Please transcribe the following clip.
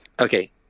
Okay